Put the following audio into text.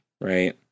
right